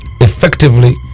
effectively